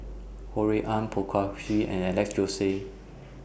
Ho Rui An Poh Kay Swee and Alex Josey